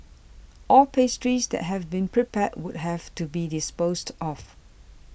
all pastries that have been prepared would have to be disposed of